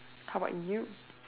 how about you